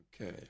Okay